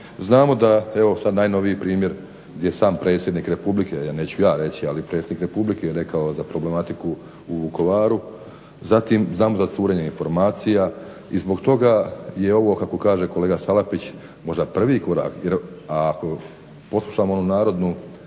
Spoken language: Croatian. znamo da evo sad najnoviji primjer gdje sam predsjednik Republike neću ja reći ali predsjednik Republike je rekao za problematiku u Vukovaru. Zatim znamo za curenje informacija i zbog toga je ovo kako kaže kolega Salapić možda prvi korak, a ako poslušamo onu narodnu